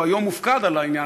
הוא היום מופקד על העניין.